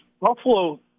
Buffalo